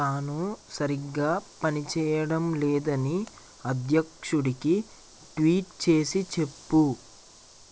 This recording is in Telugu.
తను సరిగ్గా పని చెయ్యడం లేదని అధ్యక్షుడికి ట్వీట్ చేసి చెప్పు